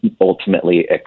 ultimately